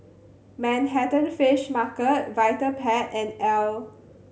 Manhattan Fish Market Vitapet and Elle